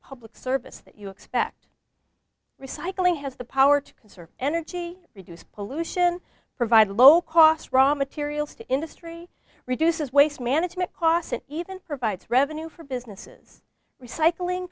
public service that you expect recycling has the power to conserve energy reduce pollution provide low cost raw materials to industry reduces waste management costs and even provides revenue for businesses recycling